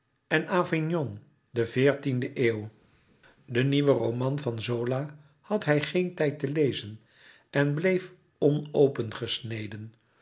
en avignon de veertiende eeuw den nieuwen roman van zola had hij geen tijd te lezen en bleef